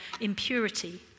impurity